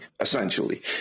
essentially